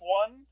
one